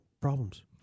problems